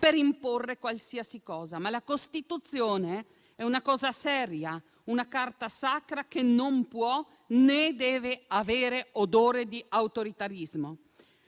per imporre qualsiasi cosa. Ma la Costituzione è una cosa seria, una Carta sacra che non può né deve avere odore di autoritarismo.